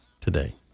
today